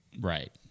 Right